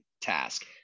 task